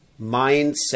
mindset